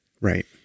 Right